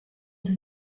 sie